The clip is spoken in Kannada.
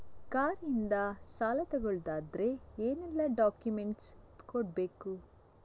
ಕಾರ್ ಇಂದ ಸಾಲ ತಗೊಳುದಾದ್ರೆ ಏನೆಲ್ಲ ಡಾಕ್ಯುಮೆಂಟ್ಸ್ ಕೊಡ್ಬೇಕು?